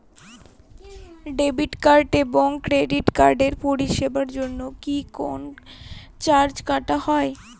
Debit card এবং credit কার্ডের পরিষেবার জন্য কি কোন চার্জ কাটা হয়?